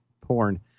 porn